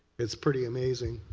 it's pretty amazing.